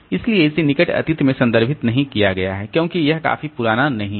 इसलिए इसे निकट अतीत में संदर्भित नहीं किया गया है क्योंकि यह काफी पुराना नहीं है